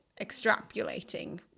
extrapolating